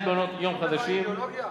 3. בניית מעונות-יום חדשים, אידיאולוגיה?